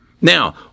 Now